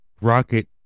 rocket